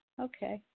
okay